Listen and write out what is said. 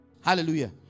Hallelujah